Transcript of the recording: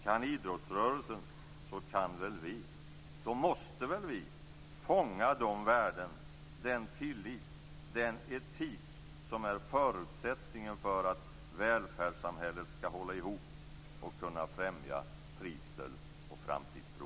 Kan idrottsrörelsen så kan väl vi, så måste väl vi fånga de värden, den tillit, den etik som är förutsättningen för att välfärdssamhället skall hålla ihop och kunna främja trivsel och framtidstro.